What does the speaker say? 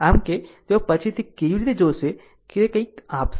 આમ કે તેઓ પછીથી કેવી રીતે જોશે તે કંઇક આપશે